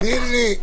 מי נגד?